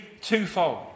twofold